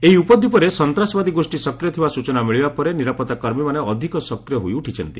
ଏହି ଉପଦ୍ୱୀପରେ ସନ୍ତାସବାଦୀ ଗୋଷ୍ଠୀ ସକ୍ରିୟ ଥିବା ସ୍ୱଚନା ମିଳିବା ପରେ ନିରାପତ୍ତା କର୍ମୀମାନେ ଅଧିକ ସକ୍ରିୟ ହୋଇଉଠିଛନ୍ତି